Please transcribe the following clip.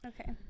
Okay